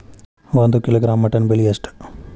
ಒಂದು kilogram mutton ಬೆಲೆ ಎಷ್ಟ್?